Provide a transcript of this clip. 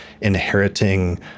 inheriting